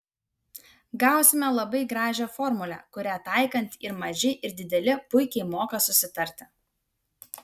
gausime labai gražią formulę kurią taikant ir maži ir dideli puikiai moka susitarti